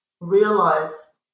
realize